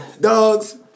dogs